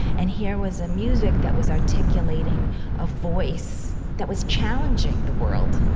and here was a music that was articulating a voice that was challenging the world,